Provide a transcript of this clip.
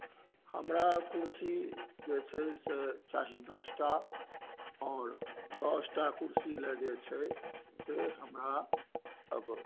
हमरा कुर्सी जे छै से चाही दस टा आओर दस टा कुर्सी ले जे छै से हमरा